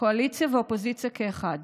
קואליציה ואופוזיציה כאחד,